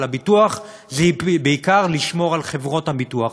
הביטוח זה בעיקר לשמור על חברות הביטוח.